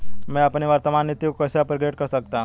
मैं अपनी वर्तमान नीति को कैसे अपग्रेड कर सकता हूँ?